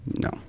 No